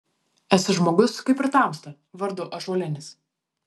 esu žmogus kaip ir tamsta vardu ąžuolinis